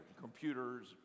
computers